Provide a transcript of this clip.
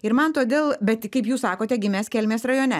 ir man todėl bet kaip jūs sakote gimęs kelmės rajone